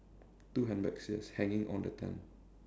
two handbags yes hanging on the tent